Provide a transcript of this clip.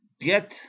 get